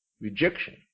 rejection